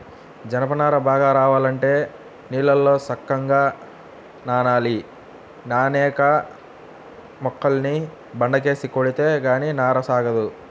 జనప నార బాగా రావాలంటే నీళ్ళల్లో సక్కంగా నానాలి, నానేక మొక్కల్ని బండకేసి కొడితే గానీ నార సాగదు